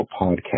podcast